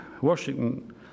Washington